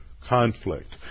Conflict